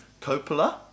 Coppola